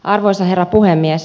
arvoisa herra puhemies